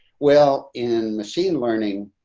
well, in machine learning,